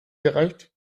gereicht